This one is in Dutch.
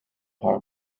haar